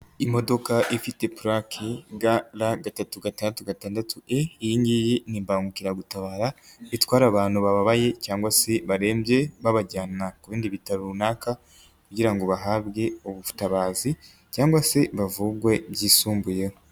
Imodoka ifite puraki ga ra gatatu gatandatu gatandatu i . Iyi ngiyi ni imbangukiragutabara itwara abantu bababaye cyangwa se barembye babajyana ku bindi bitaro runaka kugira ngo bahabwe ubutabazi cyangwa se bavurwe byisumbuyeho.